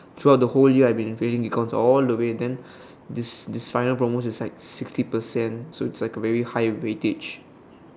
throughout the whole ya I've been failing econs all the way then this this final promos is like sixty percent so it's like very high weightage